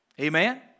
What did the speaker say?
Amen